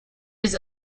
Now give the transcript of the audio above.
its